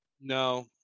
No